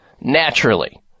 naturally